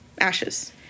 ashes